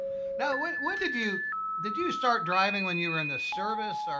now, when when did you did you start driving when you were in the service?